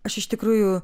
aš iš tikrųjų